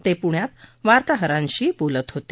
ते पुण्यात वार्ताहरांशी बोलत होते